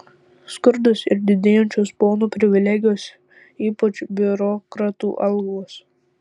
skurdas ir didėjančios ponų privilegijos ypač biurokratų algos